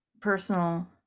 personal